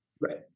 Right